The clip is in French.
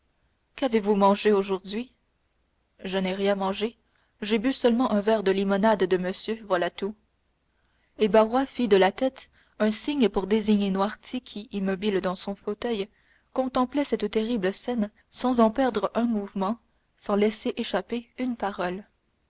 qu'avez-vous mangé aujourd'hui je n'ai rien mangé j'ai bu seulement un verre de la limonade de monsieur voilà tout et barrois fit de la tête un signe pour désigner noirtier qui immobile dans son fauteuil contemplait cette terrible scène sans en perdre un mouvement sans laisser échapper une parole